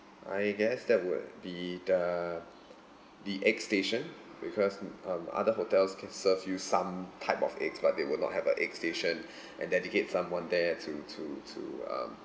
I guess that would be the the egg station because in um other hotels can serve you some type of eggs but they would not have a egg station and dedicate someone there to to to um